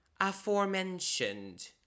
Aforementioned